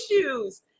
issues